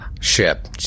Ship